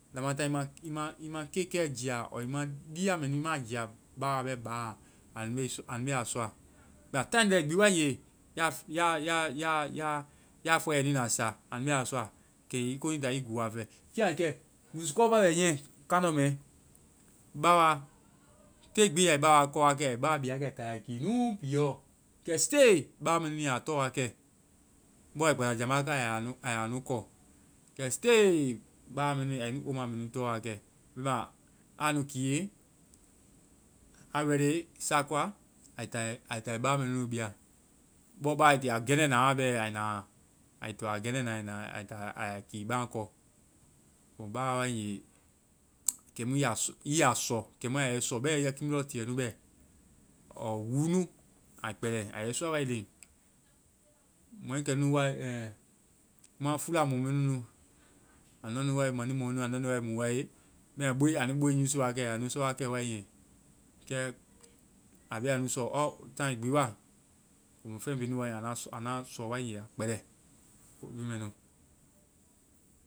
Lamatáŋ i ma-i ma kekɛɛ jia, ɔɔ i ma lia mɛ nu jia báwaa bɛ baa, anu bee a sɔa. Bɛmãa taai lɛi gbi wae ŋge, ya-ya-ya-ya fɔe anui na saa, anu be a sɔa. kɛ i konii táa i gúu a fɛ. Kɛ a kɛ, musukɔ bɔ bɛ niiɛ kaŋdɔ mɛɛ. Báwaa! Te gbi ai báwaa kɔ wa kɛ. Ai ba bia wa kɛ ai ta a ya kii nuu piiɛɔ. Kɛ stay báwaa mɛ nu ya tɔ wa kɛ. Bɔ ai gbasajambá kai a ya-a ya nu ko. Kɛ stay báwaa mɛ nu, a nui old ma mɛ nu tɔ wa kɛ. Bɛma aa nu kiie, ready sa koa, ai ta-ai ta ai báwaa mɛ nunu bia. Bɔ báwaa ai to a gɛŋndɛ na wa ai na a. Ai to a gɛŋndɛ na wa ai na ai ya kii baaŋ kɔ. Ko mu báwaa wae ŋge kɛmu i ya sɔ kɛmu a yɛ i sɔ kiimu lɔɔ tiiɛ nu bɛ ɔɔ wúu nu, a kpɛlɛ. A yɛ i sɔ wa leŋ. Mɔɛ kɛnunu wae, mɔa fula leŋ mɛ nunu, anua nu-manimɔɛ nu anua nu mu wae, bɛmãa boii-anui boii yusu wa kɛ. Ai ya nu sɔ wa kɛ wae. Kɛ a be anu sɔ taai gbi wa. Komu, feŋ bii nu wae, anua-anua sɔ wae nge kpɛlɛ. ko bhii mɛ nu.